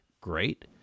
great